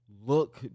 look